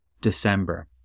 December